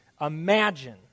imagine